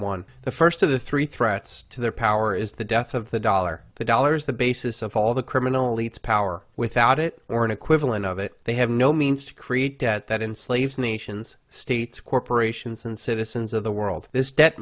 one the first of the three threats to their power is the death of the dollar the dollars the basis of all the criminal eats power without it or an equivalent of it they have no means to create debt that in slaves nations states corporations and citizens of the world this debt